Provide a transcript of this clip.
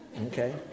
Okay